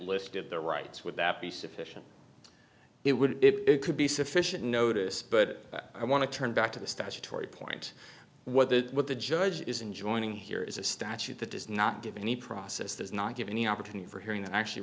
listed their rights would that be sufficient it would it could be sufficient notice but i want to turn back to the statutory point what the what the judge is enjoying here is a statute that does not give any process does not give any opportunity for hearing and actually